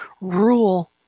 Rule